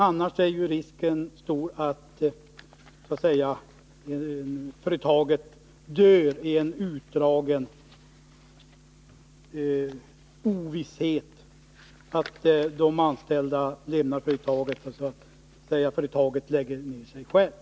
Annars är ju risken stor att företaget dör i en utdragen ovisshet — att de anställda lämnar företaget och företaget så att säga lägger ned sig självt.